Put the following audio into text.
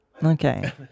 Okay